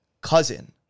cousin